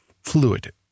Fluid